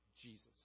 Jesus